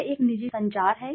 यह एक निजी संचार है